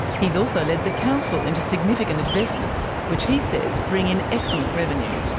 he's also led the council into significant investments, which he says bring in excellent revenue.